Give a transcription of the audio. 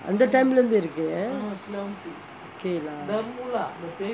அந்த:antha time லே இருந்து இருக்கு:lae irunthu irukku okay lah